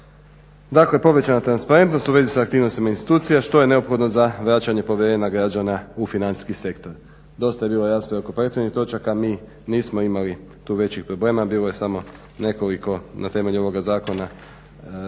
Dakle povećana transparentnost u vezi sa aktivnostima institucija što je neophodno za vraćanje povjerenja građana u financijski sektor. Dosta je bilo rasprava oko prethodnih točaka, mi nismo imali tu većih problema, bilo je samo nekoliko na temelju ovoga zakona